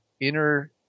inner